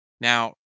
Now